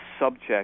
subject